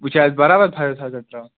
وۄنۍ چھا اَسہِ برابر فایو تھاوزَنڈ ترٛاوٕنۍ